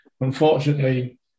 Unfortunately